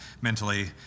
mentally